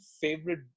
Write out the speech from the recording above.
favorite